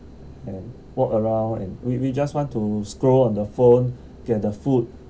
and walk around and we we just want to scroll on the phone get the food